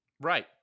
Right